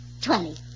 Twenty